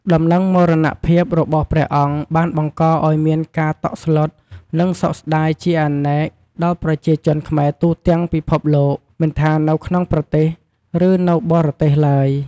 ដំណឹងមរណភាពរបស់ព្រះអង្គបានបង្កឱ្យមានការតក់ស្លុត និងសោកស្ដាយជាអនេកដល់ប្រជាជនខ្មែរទូទាំងពិភពលោក មិនថានៅក្នុងប្រទេស ឬនៅបរទេសឡើយ។